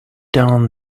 down